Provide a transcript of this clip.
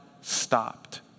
stopped